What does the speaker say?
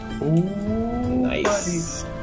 Nice